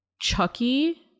Chucky